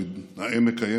אני נאה מקיים,